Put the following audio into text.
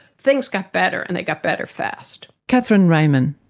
things got better and they got better fast. cathryn ramin.